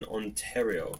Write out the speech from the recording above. ontario